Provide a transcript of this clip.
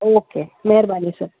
okay महिरबानी sir